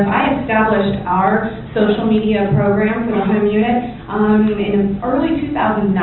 i established our social media program for my home unit in early two thousand